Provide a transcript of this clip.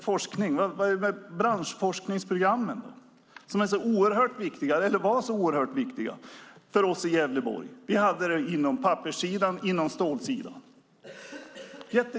Branschforskningsprogrammen var oerhört viktiga för oss i Gävleborg. Vi hade dem på papperssidan och på stålsidan.